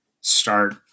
start